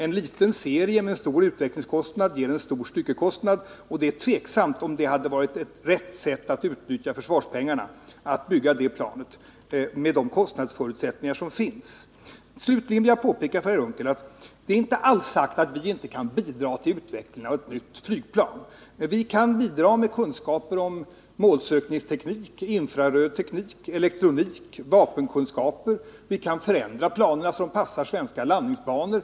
En liten serie med stor utvecklingskostnad ger en hög styckekostnad, och det är tveksamt om det hade varit riktigt att utnyttja försvarspengarna för att bygga det planet med de kostnadsförutsättningar som finns. Slutligen vill jag säga till Per Unckel att det inte alls är säkert att vi inte kan bidra till utvecklandet av ett nytt flygplan. Vi kan bidra med kunskaper om målsökningsteknik, infraröd teknik och elektronik. Vi kan vidare bidra med vapenkunskap. Vi kan förändra planen så att de passar svenska landningsbanor.